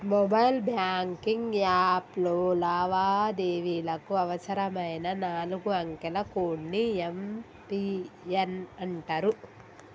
mobile banking యాప్లో లావాదేవీలకు అవసరమైన నాలుగు అంకెల కోడ్ ని యం.పి.ఎన్ అంటరు